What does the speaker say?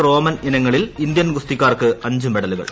Roman ഇനങ്ങളിൽ Indian ഗുസ്തിക്കാർക്ക് അഞ്ച് മെഡലുകൾ